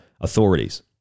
authorities